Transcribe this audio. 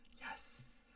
Yes